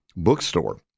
bookstore